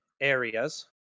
areas